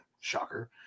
Shocker